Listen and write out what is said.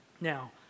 Now